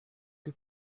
que